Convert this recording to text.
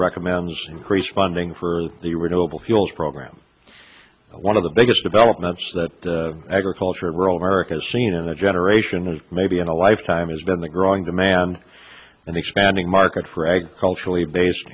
recommends increased funding for the renewable fuels program one of the biggest developments that agriculture in rural america has seen in a generation of maybe in a lifetime has been the growing demand and expanding market for agriculturally based